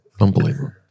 Unbelievable